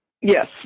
Yes